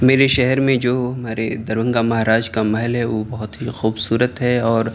میرے شہر میں جو ہمارے درونگا مہاراج کا محل ہے وہ بہت ہی خوبصورت ہے اور